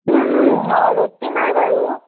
অঁ ৰ'দটো নাই বাৰু